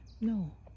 No